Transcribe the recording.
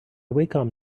wacom